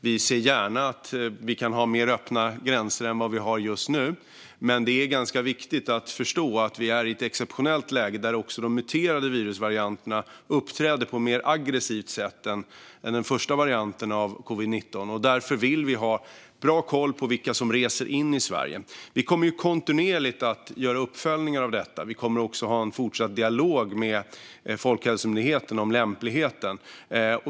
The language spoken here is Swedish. Vi ser gärna att vi kan ha mer öppna gränser än vad vi har just nu. Men det är ganska viktigt att förstå att vi är i ett exceptionellt läge där de muterade virusvarianterna uppträder på ett mer aggressivt sätt än den första varianten av covid-19. Därför vill vi ha bra koll på vilka som reser in i Sverige. Vi kommer kontinuerligt att göra uppföljningar av detta. Vi kommer också att ha en fortsatt dialog med Folkhälsomyndigheten om lämpligheten.